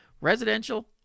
residential